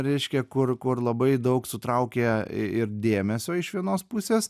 reiškia kur kur labai daug sutraukė ir dėmesio iš vienos pusės